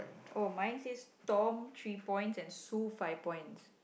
oh mine says storm three point and sue five points